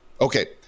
Okay